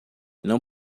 não